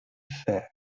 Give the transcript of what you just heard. fair